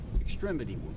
extremity